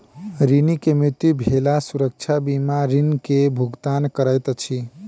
ऋणी के मृत्यु भेला सुरक्षा बीमा ऋण के भुगतान करैत अछि